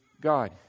God